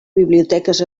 biblioteques